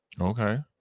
Okay